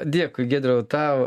dėkui giedriau tau